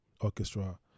orchestra